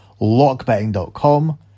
lockbetting.com